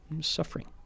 suffering